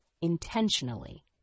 intentionally